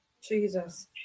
jesus